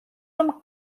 რომ